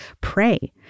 pray